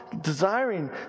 desiring